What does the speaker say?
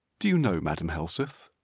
do you know, madam helseth,